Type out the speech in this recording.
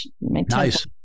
Nice